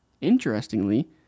Interestingly